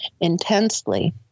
intensely